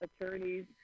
Attorneys